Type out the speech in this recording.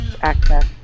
access